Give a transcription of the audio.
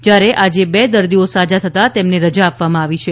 જ્યારે આજે બે દર્દીઓ સાજા થતાં તેમણે રજા આપવામાં આવી છે